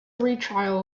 retrial